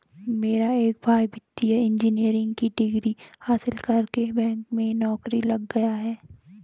मेरा एक भाई वित्तीय इंजीनियरिंग की डिग्री हासिल करके बैंक में नौकरी लग गया है